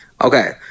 Okay